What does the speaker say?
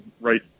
right